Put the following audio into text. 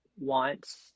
want